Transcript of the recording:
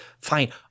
fine